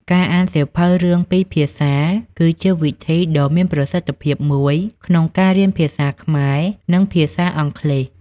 ការអានសៀវភៅរឿងពីរភាសា គឺជាវិធីដ៏មានប្រសិទ្ធភាពមួយក្នុងការរៀនភាសាខ្មែរ និងភាសាអង់គ្លេស។